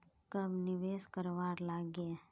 कब निवेश करवार लागे?